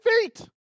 feet